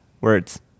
words